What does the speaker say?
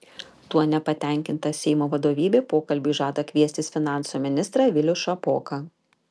tuo nepatenkinta seimo vadovybė pokalbiui žada kviestis finansų ministrą vilių šapoką